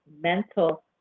mental